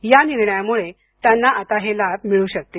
या निर्णयामुळे त्यांना आता हे लाभ मिळू शकतील